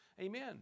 amen